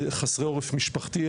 חסרי עורף משפחתי.